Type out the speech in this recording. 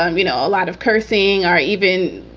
um you know a lot of cursing or even,